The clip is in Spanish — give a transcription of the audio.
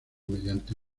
mediante